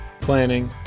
planning